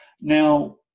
Now